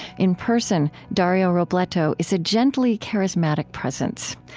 in person, dario robleto is a gently charismatic presence.